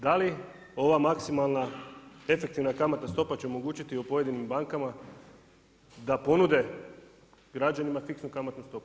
Da li ova maksimalna efektivna kamatna stopa će omogućiti u pojedinim bankama da ponude građanima fiksnu kamatnu stopu.